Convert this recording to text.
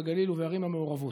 בגליל ובערים המעורבות.